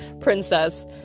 princess